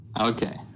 Okay